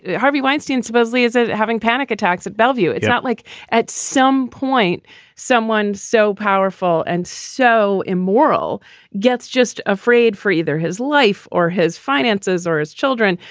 harvey weinstein supposedly is ah having panic attacks at bellevue it's not like at some point someone so powerful and so immoral gets just afraid for either his life or his finances or his children.